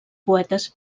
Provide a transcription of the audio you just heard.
poetes